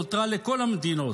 נותרה לכל המדינות,